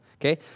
okay